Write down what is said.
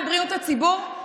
נדאג לבריאות הציבור.